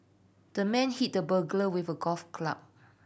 the man hit the burglar with a golf club